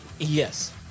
Yes